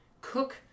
cook